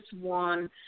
one